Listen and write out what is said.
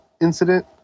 incident